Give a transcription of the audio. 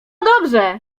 dobrze